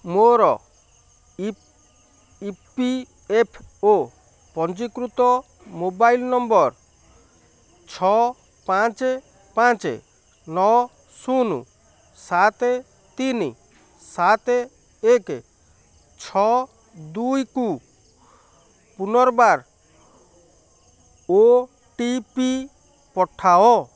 ମୋର E P F O ପଞ୍ଜୀକୃତ mobile number ଛଅ ପାଞ୍ଚ ପାଞ୍ଚ ନଅ ଶୂନ ସାତେ ତିନି ସାତ ଏକ ଛଅ ଦୁଇକୁ ପୁନର୍ବାର ଓ ଟି ପି ପଠାଅ